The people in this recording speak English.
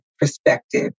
perspective